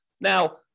Now